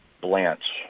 Blanche